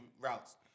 routes